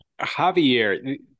Javier